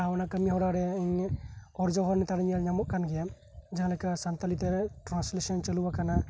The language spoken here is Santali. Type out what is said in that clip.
ᱟᱨ ᱚᱱᱟ ᱠᱟᱢᱤ ᱦᱚᱨᱟ ᱨᱮ ᱚᱨᱡᱚ ᱦᱚᱸ ᱧᱟᱢᱚᱜ ᱠᱟᱱ ᱜᱮᱭᱟ ᱡᱟᱦᱟᱸᱞᱮᱠᱟ ᱥᱟᱱᱛᱟᱞᱤᱛᱮ ᱴᱨᱟᱱᱥᱞᱮᱥᱚᱱ ᱪᱟᱞᱩᱣᱟᱠᱟᱱᱟ